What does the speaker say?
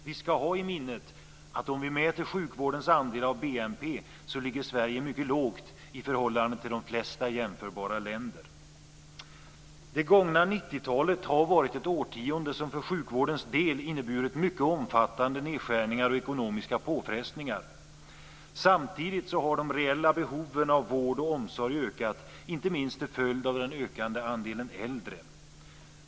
Vi ska ha i minnet att om vi mäter sjukvårdens andel av BNP ligger Sverige mycket lågt i förhållande till de flesta jämförbara länder. Det gångna 90-talet har varit ett årtionde som för sjukvårdens del inneburit mycket omfattande nedskärningar och ekonomiska påfrestningar. Samtidigt har de reella behoven av vård och omsorg ökat, inte minst till följd av den ökande andelen äldre.